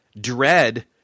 dread